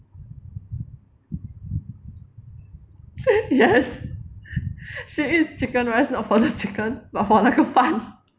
yes she eats chicken rice not for the chicken but for 那个饭